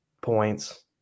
points